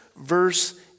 verse